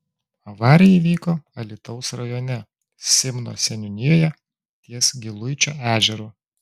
avarija įvyko alytaus rajone simno seniūnijoje ties giluičio ežeru